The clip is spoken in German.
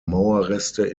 mauerreste